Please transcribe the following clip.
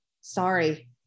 Sorry